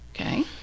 Okay